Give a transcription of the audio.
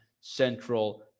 Central